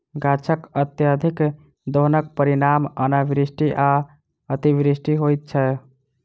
गाछकअत्यधिक दोहनक परिणाम अनावृष्टि आ अतिवृष्टि होइत छै